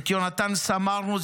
את יונתן סמרנו,